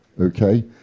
okay